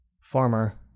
farmer